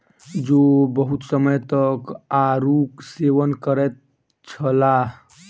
ओ बहुत समय तक आड़ूक सेवन करैत छलाह